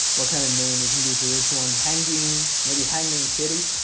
what kind of name we can do for this one hanging maybe hanging kitty